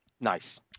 Nice